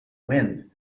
wind